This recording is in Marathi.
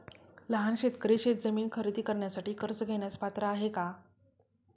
लहान शेतकरी शेतजमीन खरेदी करण्यासाठी कर्ज घेण्यास पात्र आहेत का?